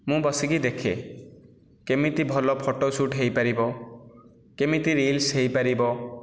ମୁଁ ବସିକି ଦେଖେ କେମିତି ଭଲ ଫଟୋ ସୁଟ୍ ହୋଇପାରିବ କେମିତି ରିଲ୍ସ ହୋଇପାରିବ